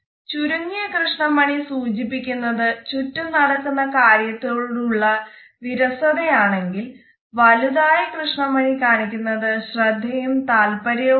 ചുരുങ്ങിയ കൃഷ്ണമണി സൂചിപ്പിക്കുന്നത് ചുറ്റും നടക്കുന്ന കാര്യത്തോടുള്ള വിരസതയാണെങ്കിൽ വലുതായ കൃഷ്ണമണി കാണിക്കുന്നത് ശ്രദ്ധയും താൽപര്യവുമാണ്